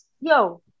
yo